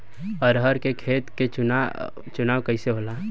अरहर के खेत के चुनाव कइसे होला?